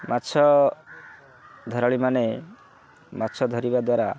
ମାଛ ଧରାଳି ମାନେ ମାଛ ଧରିବା ଦ୍ୱାରା